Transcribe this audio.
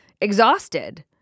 exhausted